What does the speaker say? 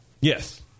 Yes